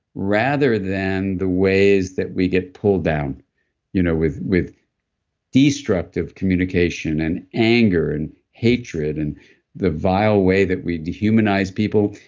rather than the ways that we get pulled down you know with with destructive communication and anger and hatred and the vile way that we dehumanize people,